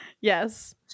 Yes